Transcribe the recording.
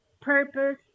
purpose